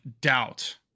doubt